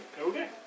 Okay